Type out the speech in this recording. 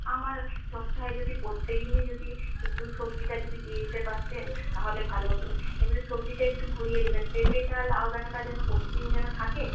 আমার সপ্তাহে যদি প্রত্যেকদিনই যদি একটু সবজিটা যদি দিয়ে যেতে পারতেন তাহলে ভালো হত এমনি সবজিটা একটু ঘুরিয়ে দেবেন পেপেটা লাউ ডাঁটাটা যেন প্রতিদিন যেন থাকে